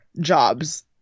jobs